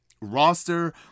roster